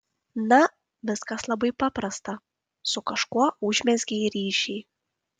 na viskas labai paprasta su kažkuo užmezgei ryšį